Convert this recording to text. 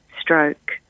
stroke